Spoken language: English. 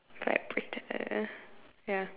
like protect like that ah ya